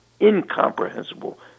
incomprehensible